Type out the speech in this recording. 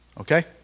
okay